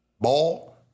ball